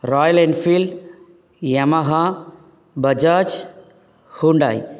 Royal Enfield Yamaha Bajaj Hyundai